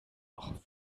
noch